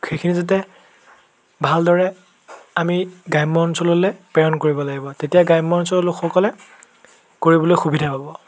সেইখিনি যাতে ভালদৰে আমি গ্ৰাম্য অঞ্চললৈ প্ৰেৰণ কৰিব লাগিব তেতিয়া গ্ৰাম্য অঞ্চলৰ লোকসকলে কৰিবলৈ সুবিধা হ'ব